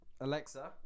Alexa